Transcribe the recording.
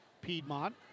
Piedmont